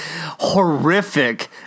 horrific